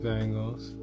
Bengals